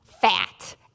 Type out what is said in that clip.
fat